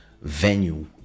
venue